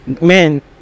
man